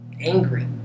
angry